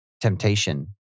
temptation